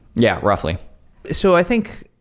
yeah, roughly so i think,